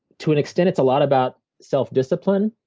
to an extent, it's a lot about self-discipline.